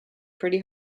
pretty